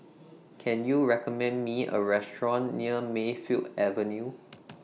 Can YOU recommend Me A Restaurant near Mayfield Avenue